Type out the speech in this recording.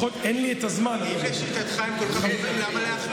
אם לשיטתך הם היו כל כך טובים, למה להחליף אותם?